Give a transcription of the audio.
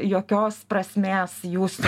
jokios prasmės jūsų